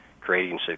creating